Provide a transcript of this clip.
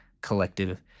collective